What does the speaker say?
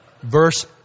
Verse